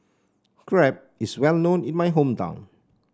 crepe is well known in my hometown